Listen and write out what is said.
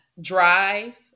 drive